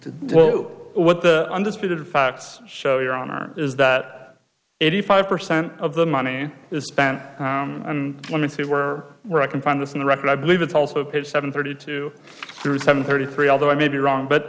do what the undisputed facts show your honor is that eighty five percent of the money is spent and one in three were were i can find this in the record i believe it's also it's seven thirty two thirty seven thirty three although i may be wrong